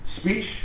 Speech